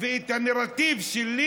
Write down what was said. ואת הנרטיב שלי,